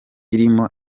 irimo